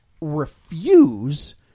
refuse